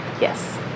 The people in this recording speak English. Yes